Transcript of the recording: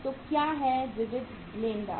तो क्या है विविध लेनदार